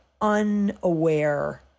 unaware